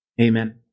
Amen